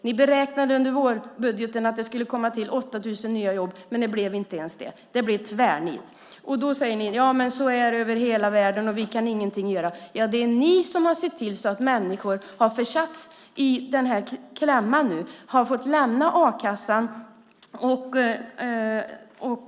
Ni beräknade under vårbudgeten att det skulle komma till 8 000 nya jobb, men det blev inte ens det. Det blev tvärnit. Då säger ni: Ja, men så är det över hela världen, och vi kan ingenting göra. Men det är ni som har sett till att människor har försatts i den här klämman nu och har fått lämna a-kassan.